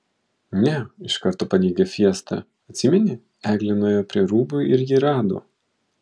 ne iš karto paneigė fiesta atsimeni eglė nuėjo prie rūbų ir jį rado